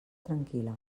tranquil·la